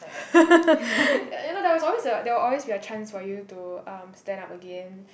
you know that was always a that will always be a chance for you to um stand up again